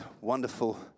wonderful